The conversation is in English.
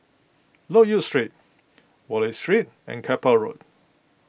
Loke Yew Street Wallich Street and Keppel Road